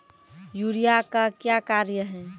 Urea का क्या कार्य हैं?